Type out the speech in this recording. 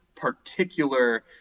Particular